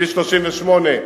כביש 38,